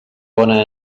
bona